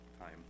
time